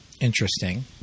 Interesting